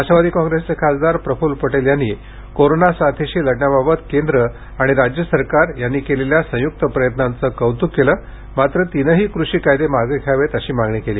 राष्ट्रवादी कॉंग्रेसचे खासदार प्रफुल्ल पटेल यांनी कोरोना साथीशी लढण्याबाबत केंद्र आणि राज्य सरकारनं यांनी संयुक्तपणे केलेल्या प्रयत्नांचं कौतुक केलं मात्र तीनही कृषी कायदे मागं घ्यावेत अशी मागणी केली